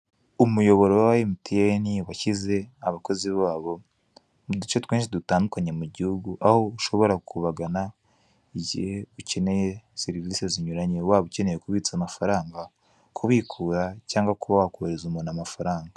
Umuyoboro wa emutiyeni washyize abakozi babo mu duce twinshi dutandukanye mu gihugu, aho ushobora kubagana igihe ukeneye serivise zinyuranye, waba ukeneye kubitsa amafaranga, kubikura cyangwa kuba wakohereza umuntu amafaranga.